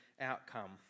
outcome